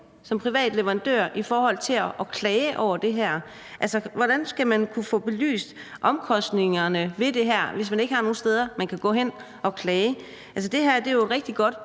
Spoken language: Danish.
som privat leverandør skal gå hen i forhold til at klage over det her. Hvordan skal man kunne få belyst omkostningerne ved det her, hvis man ikke har nogen steder, hvor man kan gå hen og klage? Altså, det her er jo et rigtig godt